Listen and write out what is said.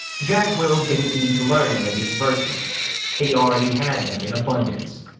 jack will didn't need to learn any of these virtues he already had them in abundance.